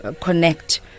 connect